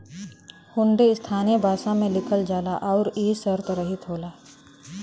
हुंडी स्थानीय भाषा में लिखल जाला आउर इ शर्तरहित होला